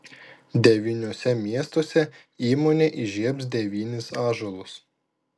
devyniuose miestuose įmonė įžiebs devynis ąžuolus